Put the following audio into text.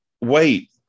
wait